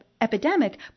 epidemic